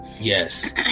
Yes